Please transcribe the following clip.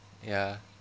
ya